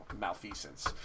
malfeasance